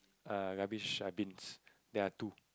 err rubbish err bins there are two